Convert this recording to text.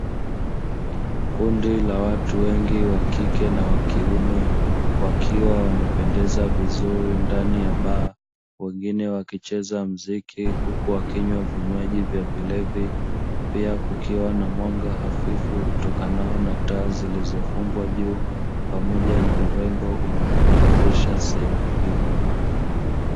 Kundi la watu wengi wa kike na wa kiume wakiwa wamependeza vizuri ndani ya baa, wengine wakicheza muziki huku wakinywa vinywaji vya vilevi, pia kukiwa na mwanga hafifu utokanao na taa zilizofungwa juu pamoja na urembo unaopendezesha sehemu hiyo.